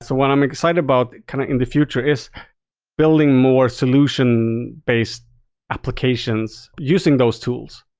so what i'm excited about kind of in the future is building more solution-based applications using those tools.